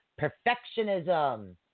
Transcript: Perfectionism